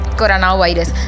coronavirus